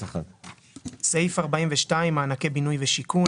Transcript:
סעיף 42, מענקי בינוי ושיכון.